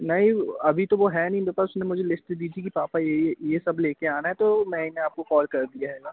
नहीं अभी तो वो है नहीं मेरे पास उसने मुझे लिस्ट दी थी कि पापा ये ये ये सब लेके आना है तो मैंने आपको कॉल कर दिया हैगा